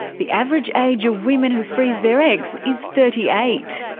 the average age of women who freeze their eggs is thirty eight.